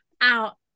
out